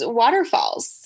waterfalls